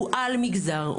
הוא על-מגזר.